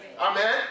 Amen